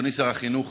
אדוני שר החינוך,